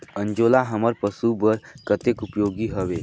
अंजोला हमर पशु बर कतेक उपयोगी हवे?